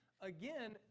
Again